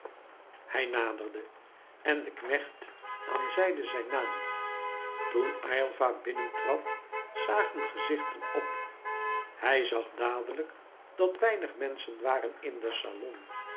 hij naderde en de knecht aanzeide zijn naam toen aylva binnentrad zagen gezichten op hij zag dadelijk dat weinig menschen waren in den salon